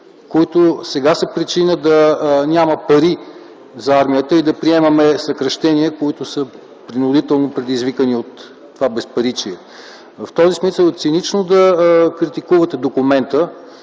които сега са причина да няма пари за армията и да приемаме съкращения, които са принудително предизвикани от това безпаричие? В този смисъл е цинично да критикувате документа,